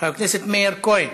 חבר הכנסת מאיר כהן,